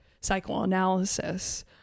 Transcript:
psychoanalysis